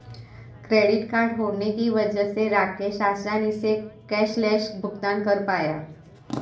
credit card होने की वजह से राकेश आसानी से कैशलैस भुगतान कर पाया